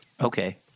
okay